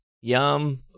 yum